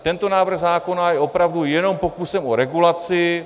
Tento návrh zákona je opravdu jenom pokusem o regulaci.